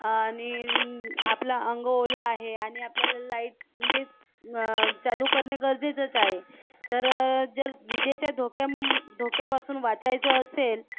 आणि आपलं अंग ओलं आहे आणि आपल्याला लाईट म्हणजे चालू करणे गरजेचेच आहे तर ज्या विजेच्या धो धोक्यां धोक्यापासून जर वाचायचं असेल